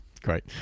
great